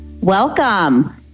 Welcome